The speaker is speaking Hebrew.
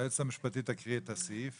היועצת המשפטית, תקריאי את הסעיף.